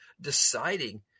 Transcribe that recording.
deciding